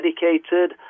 dedicated